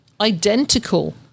identical